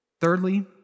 Thirdly